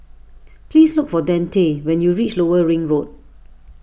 please look for Dante when you reach Lower Ring Road